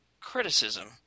criticism